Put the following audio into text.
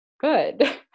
good